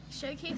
Showcase